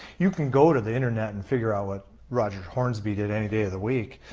you can go to the internet and figure out what roger hornsby did any day of the week.